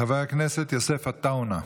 חבר הכנסת יוסף עטאונה.